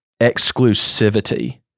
exclusivity